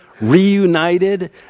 reunited